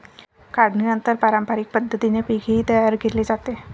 काढणीनंतर पारंपरिक पद्धतीने पीकही तयार केले जाते